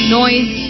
noise